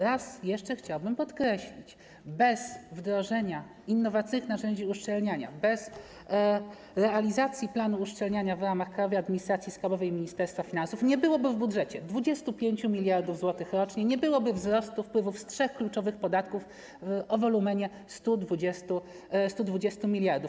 Raz jeszcze chciałbym podkreślić: bez wdrożenia innowacyjnych narzędzi uszczelniania, bez realizacji planu uszczelniania w ramach Krajowej Administracji Skarbowej i Ministerstwa Finansów nie byłoby w budżecie 25 mld zł rocznie, nie byłoby wzrostu wpływów z trzech kluczowych podatków o wolumenie 120 mld.